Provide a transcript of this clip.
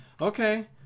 Okay